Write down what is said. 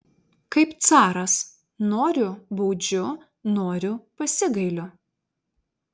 kaip caras noriu baudžiu noriu pasigailiu